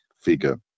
figure